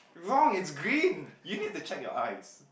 wrong it's green you need to check your eyes